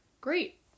great